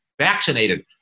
vaccinated